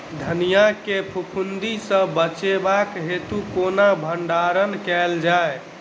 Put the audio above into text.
धनिया केँ फफूंदी सऽ बचेबाक हेतु केना भण्डारण कैल जाए?